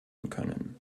können